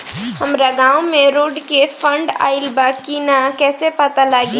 हमरा गांव मे रोड के फन्ड आइल बा कि ना कैसे पता लागि?